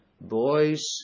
boys